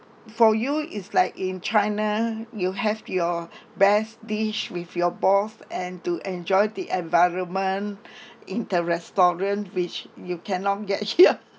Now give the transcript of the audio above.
for you is like in china you have your best dish with your boss and to enjoy the environment in the restaurant which you cannot get here